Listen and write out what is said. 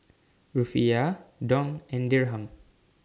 Rufiyaa Dong and Dirham